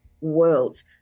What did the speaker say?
worlds